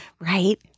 Right